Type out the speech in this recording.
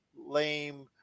lame